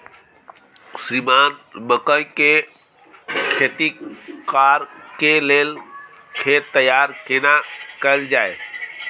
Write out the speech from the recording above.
श्रीमान मकई के खेती कॉर के लेल खेत तैयार केना कैल जाए?